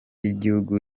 y’igihugu